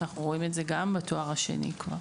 אנחנו רואים את זה גם בתואר השני כבר.